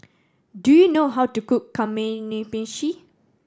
do you know how to cook Kamameshi